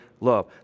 love